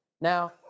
Now